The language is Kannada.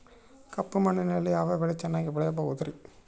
ಕಪ್ಪು ಮಣ್ಣಿನಲ್ಲಿ ಯಾವ ಬೆಳೆ ಚೆನ್ನಾಗಿ ಬೆಳೆಯಬಹುದ್ರಿ?